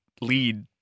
lead